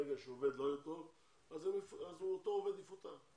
ברגע שעובד לא יהיה טוב אז אותו עובד יפוטר,